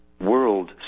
World